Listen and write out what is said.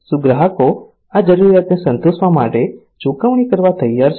શું ગ્રાહકો આ જરૂરિયાતને સંતોષવા માટે ચૂકવણી કરવા તૈયાર છે